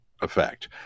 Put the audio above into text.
effect